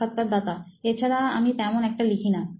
সাক্ষাৎকারদাতা এছাড়া আমি তেমন একটা লিখি না